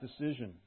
decision